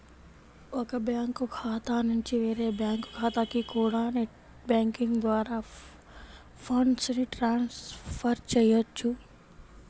ఒక బ్యాంకు ఖాతా నుంచి వేరే బ్యాంకు ఖాతాకి కూడా నెట్ బ్యాంకింగ్ ద్వారా ఫండ్స్ ని ట్రాన్స్ ఫర్ చెయ్యొచ్చు